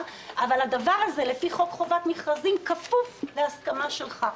אבל הדבר הזה לפי חוק חובת מכרזים כפוף להסכמה שלך.